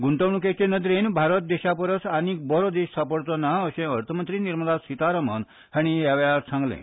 गुंतवणुकीचे नदरेन भारत देशा परस आनीक बरो देश सांपडचो ना अशेंय अर्थ मंत्री निर्मला सीतारामन हांणी ह्या वेळार सांगलें